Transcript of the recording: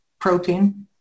protein